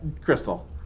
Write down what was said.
Crystal